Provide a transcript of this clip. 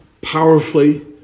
powerfully